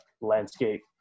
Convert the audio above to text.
landscape